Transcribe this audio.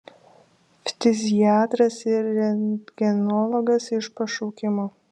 ftiziatras ir rentgenologas iš pašaukimo